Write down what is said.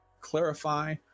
clarify